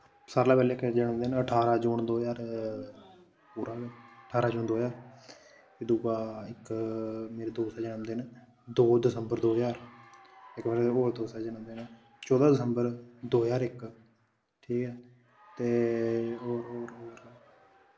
सारें कोला पैह्ले इक जनमदिन अठारां जून दो ज्हार पूरा गै ठारां जून दो ज्हार ते दुआ इक मेरे दोस्त दा जनमदिन दो दिसंबर दो ज्हार इक मेरे होर दोस्त दा जनमदिन चौदां दिसंबर दो ज्हार इक ठीक ऐ ते होर होर होर